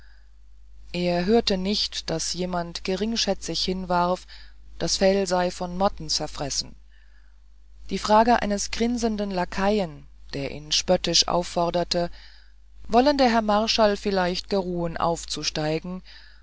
er hörte nicht daß jemand geringschätzig hinwarf das fell sei von motten zerfressen die frage eines grinsenden lakaien der ihn spöttisch aufforderte wollen der herr marschall vielleicht geruhen aufzusteigen